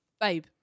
babe